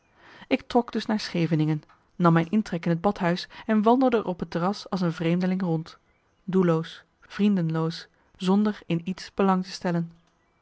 ik trok dus naar scheveningen nam mijn intrek in het badhuis en wandelde er op het terras als een vreemdeling rond doelloos vriendenloos zonder in iets belang te stellen